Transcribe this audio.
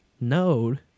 node